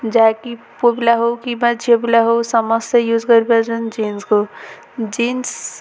ଯାହାକି ପୁଅ ପିଲା ହଉ କିମ୍ବା ଝିଅପିଲା ହଉ ସମସ୍ତେ ୟୁଜ୍ କରିପାରୁଛନ୍ତି ଜିନ୍ସକୁ ଜିନ୍ସ